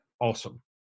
awesome